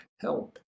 help